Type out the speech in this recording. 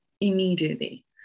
immediately